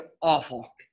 awful